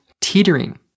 teetering